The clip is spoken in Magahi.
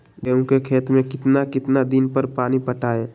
गेंहू के खेत मे कितना कितना दिन पर पानी पटाये?